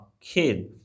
kid